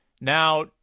Now